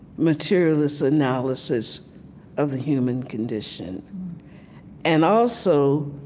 materialist analysis of the human condition and also,